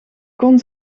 kon